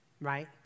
Right